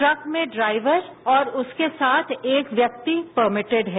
truck में driver और उसके साथ एक व्यक्ति परमिटिड है